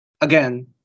Again